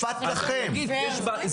--- מה אכפת לכם מהצבא?